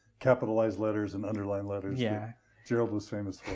capitalized letters, and underlined letters yeah jerald was famous